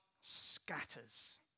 scatters